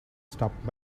stopped